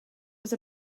was